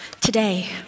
today